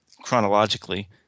chronologically